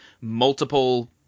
multiple